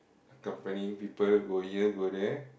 accompanying people go here go there